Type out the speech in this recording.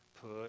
Put